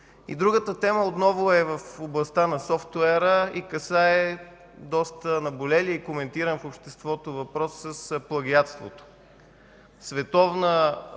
И другата тема отново е в областта на софтуера и касае доста наболелия и коментиран в обществото въпрос с плагиатството.